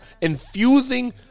infusing